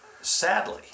Sadly